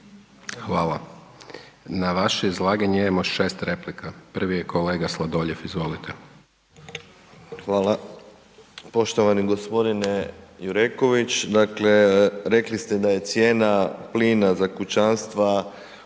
Hvala. Na vaše izlaganje imamo 6 replika. Prvi je kolega Sladoljev, izvolite. **Sladoljev, Marko (MOST)** Hvala. Poštovani gospodine Jureković dakle rekli ste da je cijena plina za kućanstva u nekom